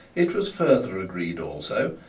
it was further agreed also,